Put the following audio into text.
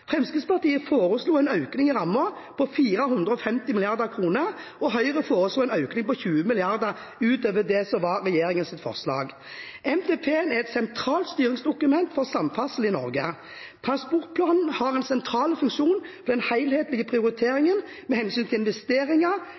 på 450 mrd. kr, og Høyre foreslo en økning på 20 mrd. kr utover regjeringens forslag. Nasjonal transportplan er et sentralt styringsdokument for samferdsel i Norge. Transportplanen har en sentral funksjon for den helhetlige prioriteringen med hensyn til investeringer